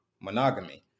monogamy